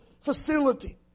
facility